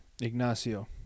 Ignacio